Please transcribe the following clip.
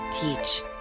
Teach